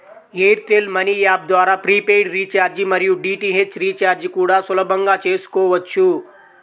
air tell money app ద్వారా prepaid recharge మరియు DTH recharge కూడా సులభంగా చేసుకోవచ్చు